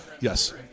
Yes